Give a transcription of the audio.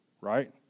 right